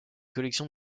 collection